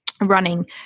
running